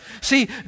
See